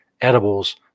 edibles